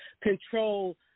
control